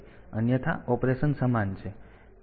તેથી અન્યથા ઓપરેશન સમાન છે